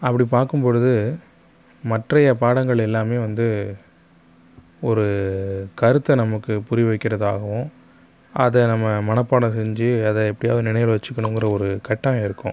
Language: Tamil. அப்படி பார்க்கும் பொழுது மற்றைய பாடங்கள் எல்லாமே வந்து ஒரு கருத்தை நமக்கு புரிய வைக்கிறதாகவும் அதை நம்ம மனப்பாடம் செஞ்சு அதை எப்படியாவது நினைவுல வச்சுக்கணுங்குற ஒரு கட்டாயம் இருக்கும்